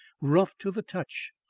rough to the touch,